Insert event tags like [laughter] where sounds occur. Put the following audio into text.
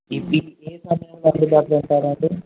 ఈ వీక్ [unintelligible] అండి